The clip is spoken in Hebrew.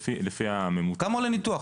לפי הממוצע --- כמה עולה ניתוח?